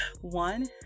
One